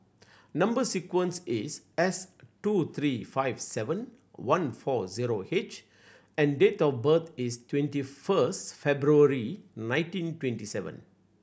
number sequence is S two three five seven one four zero H and date of birth is twenty first February nineteen twenty seven